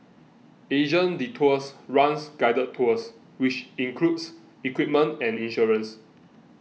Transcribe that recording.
Asian Detours runs guided tours which includes equipment and insurance